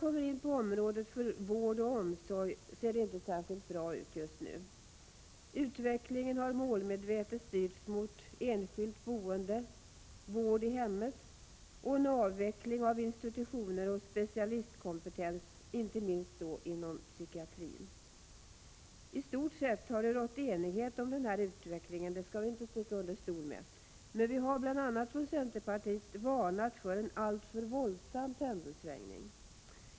Området för vård och omsorg ser inte särskilt bra ut just nu. Utvecklingen har målmedvetet styrts mot enskilt boende, vård i hemmet och en avveckling av institutioner och specialistkompetens, inte minst inom psykiatrin. I stort sett har det rått enighet om den här utvecklingen. Det skall vi inte sticka under stol med. Men vi har bl.a. från centerpartiet varnat för en alltför våldsam pendelsvängning.